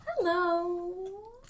Hello